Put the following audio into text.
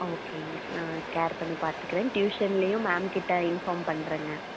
ஆ ஓகேங்க நான் கேர் பண்ணி பார்த்துக்குறேன் ட்யூஷன்லையும் மேம்கிட்ட இன்ஃபார்ம் பண்ணுறேங்க